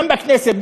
גם בכנסת,